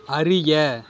அறிய